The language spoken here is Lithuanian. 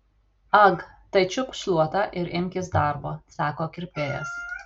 ag tai čiupk šluotą ir imkis darbo sako kirpėjas